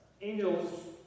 Angels